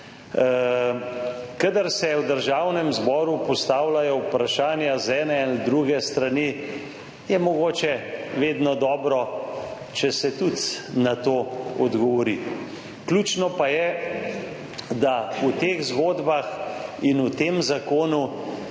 Kadar se v Državnem zboru postavljajo vprašanja z ene ali druge strani, je mogoče vedno dobro, če se tudi na to odgovori, ključno pa je, da v teh zgodbah in v tem zakonu,